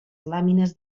làmines